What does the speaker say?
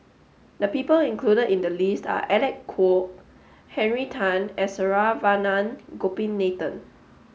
the people included in the list are Alec Kuok Henry Tan and Saravanan Gopinathan